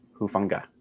Hufunga